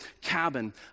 cabin